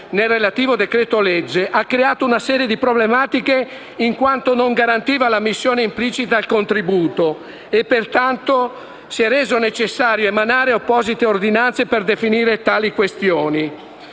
nel relativo decreto-legge ha creato una serie di problematiche in quanto non garantiva l'ammissione implicita al contributo e pertanto si è reso necessario emanare apposite ordinanze per definire tali questioni.